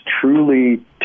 truly